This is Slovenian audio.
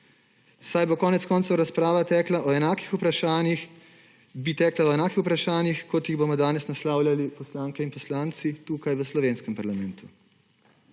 Saj bi, konec koncev, razprava tekla o enakih vprašanjih, kot jih bomo danes naslavljali poslanke in poslanci tu, v slovenskem parlamentu.